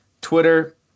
twitter